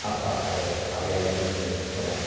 आफा आरो आबै आबौमोननि समाव